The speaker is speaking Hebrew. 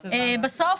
בסוף,